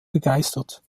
begeistert